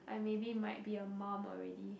I maybe might be a mum already